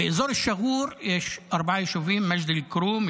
באזור שגור יש ארבעה יישובים: מג'ד אל-כרום,